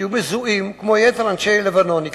ושיהיו מזוהים כמו יתר אנשי לבנון,